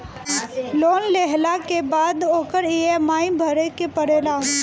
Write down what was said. loan लेहला के बाद ओकर इ.एम.आई भरे के पड़ेला